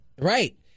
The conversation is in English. right